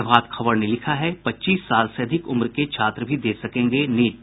प्रभात खबर ने लिखा है पच्चीस साल से अधिक उम्र के छात्र भी दे सकेंगे नीट